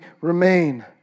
remain